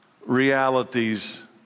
realities